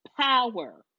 power